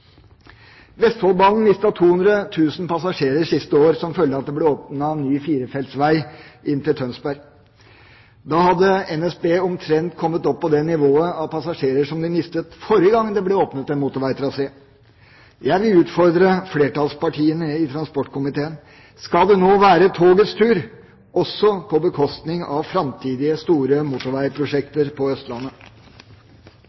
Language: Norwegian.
Vestfoldbanen mistet 200 000 passasjerer siste år som følge av at det ble åpnet ny firefeltsvei inn til Tønsberg. Da hadde NSB kommet opp på omtrent det nivået av passasjerer som de mistet forrige gang det ble åpnet en motorveitrasé. Jeg vil utfordre flertallspartiene i transportkomiteen: Skal det nå være togets tur – også på bekostning av framtidige store